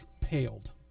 paled